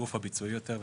הגוף הביצועי יותר.